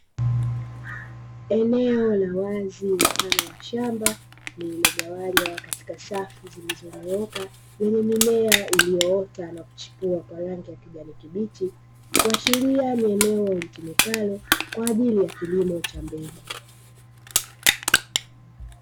Eneo la wazi mfano wa shamba lilogawanywa katika safu zilizonyooka lenye mimea iliyoota na kuchipua kwa rangi ya kijani kibichi, kuashiria ni eneo litumikalo kwa ajili ya kilimo cha mbegu.